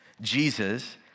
Jesus